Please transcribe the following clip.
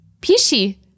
Pishi